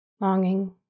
longing